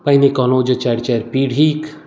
पहिने कहलहुँ जे चारि चारि पीढ़ीक